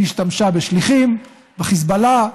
היא השתמשה בשליחים, בחיזבאללה,